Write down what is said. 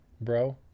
bro